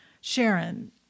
Sharon